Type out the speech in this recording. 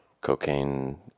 cocaine